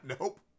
Nope